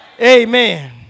Amen